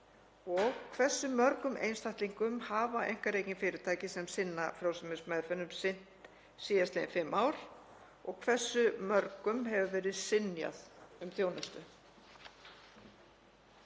Hversu mörgum einstaklingum hafa einkarekin fyrirtæki sem sinna frjósemismeðferðum sinnt síðastliðin fimm ár og hversu mörgum hefur verið synjað um þjónustu?